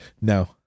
No